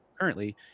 currently